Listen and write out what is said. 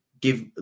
give